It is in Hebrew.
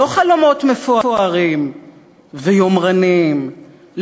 לא חלומות מפוארים ויומרניים,